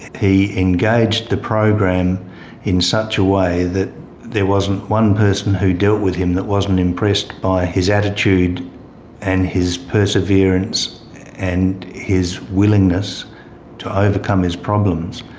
he engaged the program in such a way that there wasn't one person who dealt with him who wasn't impressed by his attitude and his perseverance and his willingness to overcome his problems.